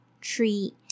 tree